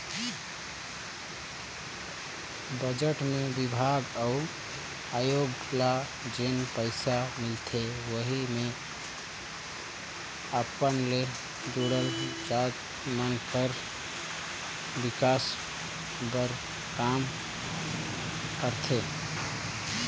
budget मे बिभाग अउ आयोग ल जेन पइसा मिलथे वहीं मे अपन ले जुड़ल जाएत मन कर बिकास बर काम करथे